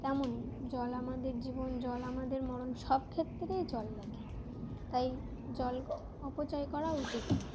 তেমনই জল আমাদের জীবন জল আমাদের মরণ সব ক্ষেত্রেই জল লাগে তাই জল অপচয় করা উচিত নয়